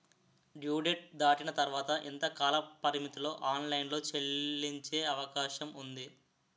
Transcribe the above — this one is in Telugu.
డ్యూ డేట్ దాటిన తర్వాత ఎంత కాలపరిమితిలో ఆన్ లైన్ లో చెల్లించే అవకాశం వుంది?